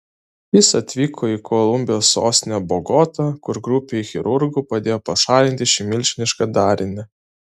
jis atvyko į kolumbijos sostinę bogotą kur grupei chirurgų padėjo pašalinti šį milžinišką darinį